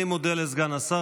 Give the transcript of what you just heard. אני מודה לסגן השר.